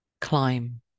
climb